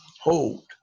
hold